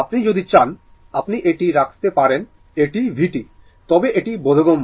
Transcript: আপনি যদি চান আপনি এটি রাখতে পারেন এটি vt তবে এটি বোধগম্য